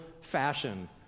fashion